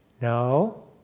No